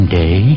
day